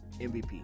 MVP